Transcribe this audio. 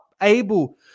able